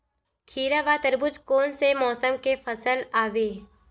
खीरा व तरबुज कोन से मौसम के फसल आवेय?